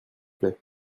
plait